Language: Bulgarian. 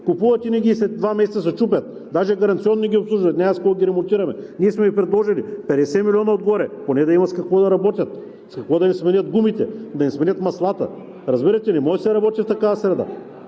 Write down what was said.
купувате ни ги и след два месеца се чупят, даже гаранционно ги обслужват, няма с какво да ги ремонтираме. Ние сме Ви предложили 50 милиона отгоре, поне да има с какво да работят, с какво да им сменят гумите, да им сменят маслата. Разбирате ли?! Не може да се работи в такава среда!